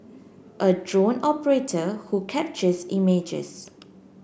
a drone operator who captures images